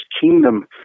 kingdom